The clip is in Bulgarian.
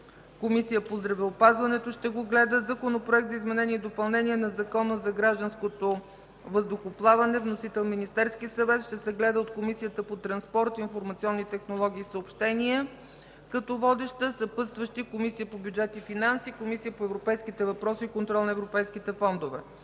Комисията по здравеопазването. Законопроект за изменение и допълнение на Закона загражданското въздухоплаване. Вносител – Министерският съвет. Ще се гледа от Комисията по транспорт, информационни технологии и съобщения – като водеща. Съпътстващи – Комисия по бюджет и финанси и Комисия по европейските въпроси и контрол на европейските фондове.